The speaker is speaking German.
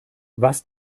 was